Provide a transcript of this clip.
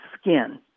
skin